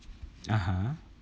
(uh huh)